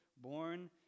born